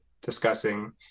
discussing